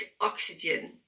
oxygen